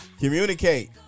Communicate